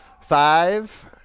Five